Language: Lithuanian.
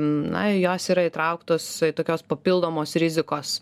na jos yra įtrauktos į tokios papildomos rizikos